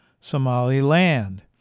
Somaliland